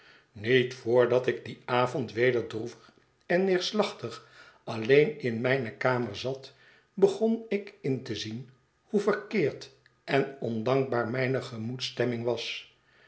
niet voordat ik dien avond weder droevig en neerslachtig alleen in mijne kamer zat begon ik in te zien hoe verkeerd en ondankbaar mijne gemoedsstemming was